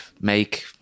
make